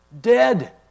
dead